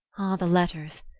the letters!